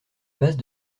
base